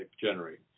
generate